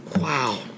Wow